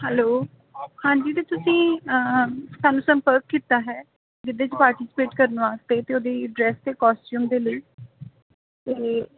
hello ਹਾਂਜੀ ਜੀ ਤੁਸੀਂ ਸਾਨੂੰ ਸੰਪਰਕ ਕੀਤਾ ਹੈ ਗਿੱਧੇ 'ਚ ਪਾਰਟੀਸੀਪੇਟ ਕਰਨ ਵਾਸਤੇ ਅਤੇ ਉਹਦੀ ਡਰੈੱਸ ਅਤੇ ਕੋਸਟੀਊਮ ਦੇ ਲਈ ਅਤੇ